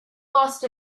lost